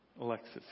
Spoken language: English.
Alexis